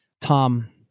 Tom